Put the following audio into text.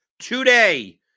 Today